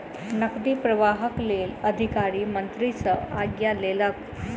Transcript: नकदी प्रवाहक लेल अधिकारी मंत्री सॅ आज्ञा लेलक